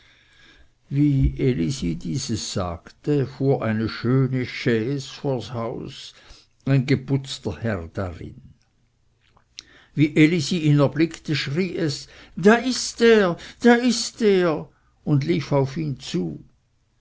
wie elisi dies sagte fuhr eine schöne chaise vors haus ein geputzter herr darin wie elisi ihn erblickte schrie es da ist er da ist er und lief auf ihn zu